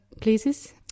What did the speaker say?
places